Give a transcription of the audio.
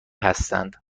هستند